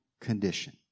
condition